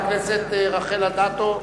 חברת הכנסת רחל אדטו,